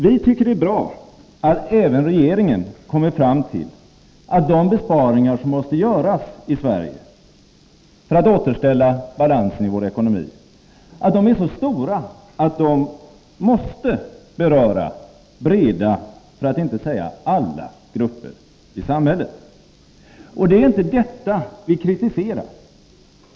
Vi tycker det är bra att även regeringen kommer fram till att de besparingar som måste göras i Sverige för att återställa balansen i vår ekonomi är så stora att de måste beröra breda, för att inte säga alla, grupper i samhället. Det är inte heller detta vi kritiserar.